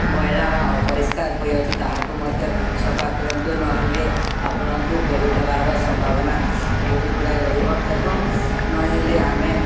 ମଇଳା ବା ଅପରିଷ୍କାର ହୋଇଅଛି ତାହାକୁ ମଧ୍ୟ ସଫା କରନ୍ତୁ ନହେଲେ ଆପଣଙ୍କୁ କୋଭିଡ୍ ହେବାର ସମ୍ଭାବନା ବହୁତ ଗୁଡ଼ାଏ ରହିବ ଏବଂ ନହେଲେ ଆମେ